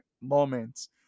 moments